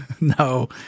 No